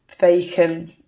bacon